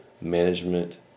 management